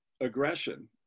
aggression